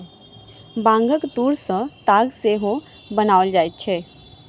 बांगक तूर सॅ ताग सेहो बनाओल जाइत अछि